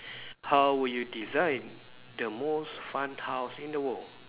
how would you design the most fun house in the world